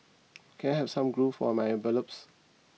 can I have some glue for my envelopes